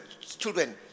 children